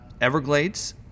Everglades